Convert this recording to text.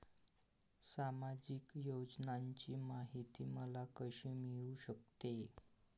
सामाजिक योजनांची माहिती मला कशी मिळू शकते?